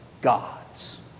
gods